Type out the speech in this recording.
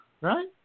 Right